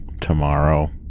tomorrow